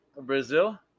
Brazil